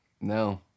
No